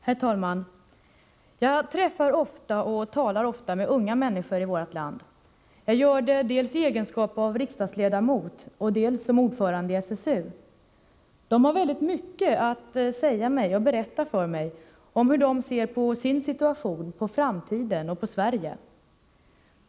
Herr talman! Jag träffar ofta och talar ofta med unga människor i vårt land. Jag gör det dels i egenskap av riksdagsledamot, dels som ordförande i SSU. De har väldigt mycket att berätta och säga mig, om hur de ser på sin situation, på framtiden och på Sverige.